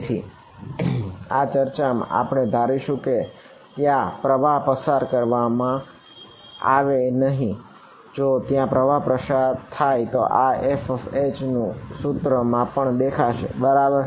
તેથી આ ચર્ચા માં આપણે ધરીશુ કે ત્યાં પ્રવાહ પસાર કરવામાં આવો નથી જો ત્યાં પ્રવાહ હશે તો તે આ FH સૂત્ર માં પણ દેખાશે બરાબર